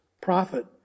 prophet